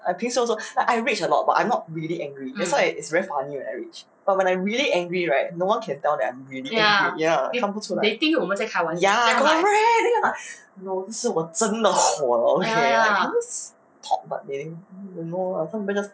I pissed off lor I rage a lot but I'm not really angry that's why it's very funny when I rage but when I'm really angry right no one can tell that I'm really angry ya 看不出来 ya correct 有一次我真的火了 okay